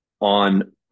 on